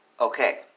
okay